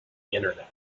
internet